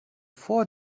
vor